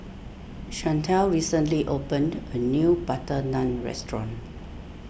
Shantel recently opened a new Butter Naan restaurant